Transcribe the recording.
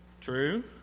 True